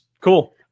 cool